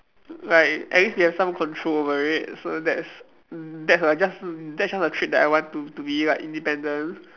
like at least we have some control over it so that's that's a just that's just a treat that I want to be to be like independent